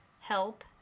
HELP